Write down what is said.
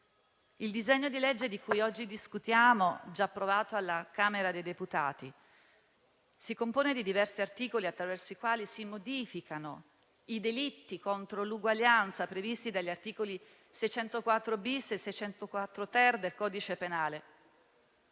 Il disegno di legge di cui oggi discutiamo, già approvato alla Camera dei deputati, si compone di diversi articoli attraverso i quali si modificano i delitti contro l'uguaglianza previsti dagli articoli 604-*bis* e 604-*ter* del codice penale